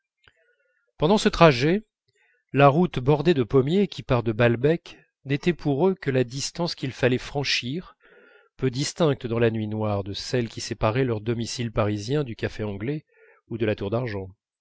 pendant ce trajet la route bordée de pommiers qui part de balbec n'était pour eux que la distance qu'il fallait franchir peu distincte dans la nuit noire de celle qui séparait leurs domiciles parisiens du café anglais ou de la tour d'argent